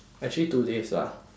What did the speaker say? actually two days lah